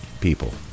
people